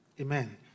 Amen